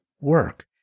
work